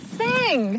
sing